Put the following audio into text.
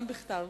גם בכתב.